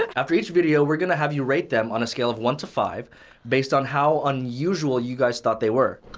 after each video, we're gonna have you rate them on a scale of one to five based on how unusual you guys thought they were.